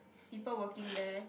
people working there